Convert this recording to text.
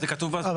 זה כתוב פה בהצעה.